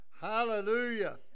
Hallelujah